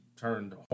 turned